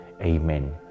Amen